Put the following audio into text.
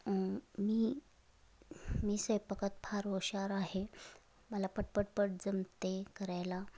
मी मी स्वैपाकात फार होश्यार आहे मला पटपटपट जमते करायला